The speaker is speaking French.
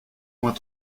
moins